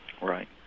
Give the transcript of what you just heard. Right